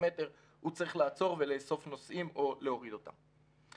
מטר הוא צריך לעצור ולאסוף נוסעים או להוריד אותם.